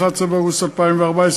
11 באוגוסט 2014,